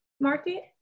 market